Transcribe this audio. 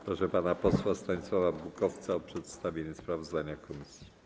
Proszę pana posła Stanisława Bukowca o przedstawienie sprawozdania komisji.